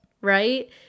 Right